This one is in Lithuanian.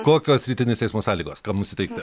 kokios rytinės eismo sąlygos kam nusiteikti